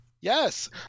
Yes